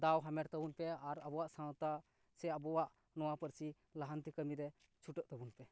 ᱫᱟᱣ ᱦᱟᱢᱮᱴ ᱛᱟᱵᱚᱱ ᱯᱮ ᱟᱨ ᱟᱵᱚᱣᱟᱜ ᱥᱟᱶᱛᱟ ᱥᱮ ᱟᱵᱚᱣᱟᱜ ᱱᱚᱶᱟ ᱯᱟᱹᱨᱥᱤ ᱞᱟᱦᱟᱱᱛᱤ ᱠᱟᱹᱢᱤ ᱨᱮ ᱪᱷᱩᱴᱟᱹᱜ ᱛᱟᱵᱚᱱ ᱯᱮ